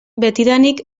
betidanik